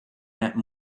that